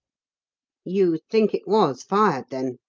you think it was fired, then?